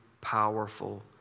powerful